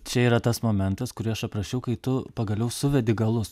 čia yra tas momentas kurį aš aprašiau kai tu pagaliau suvedi galus